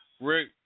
Rick